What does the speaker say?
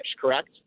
Correct